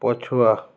ପଛୁଆ